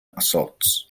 assaults